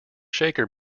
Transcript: shaker